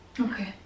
Okay